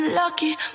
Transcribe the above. lucky